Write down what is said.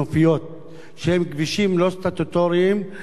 שהן כבישים לא סטטוטוריים ולא מוכרים,